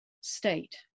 state